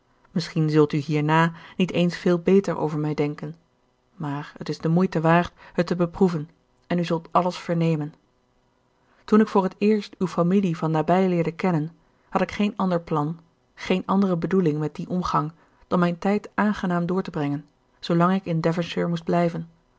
misschien zult u hierna niet eens veel beter over mij denken maar het is de moeite waard het te beproeven en u zult alles vernemen toen ik voor het eerst uw familie van nabij leerde kennen had ik geen ander plan geene andere bedoeling met dien omgang dan mijn tijd aangenaam door te brengen zoolang ik in devonshire moest blijven